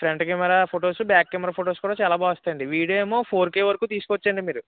front camera photos back camera photos కూడా చాల బాగా వస్తాయండి వీడియో ఏమో ఫోర్ కే వరకు తీసుకోవచ్చండి మీరు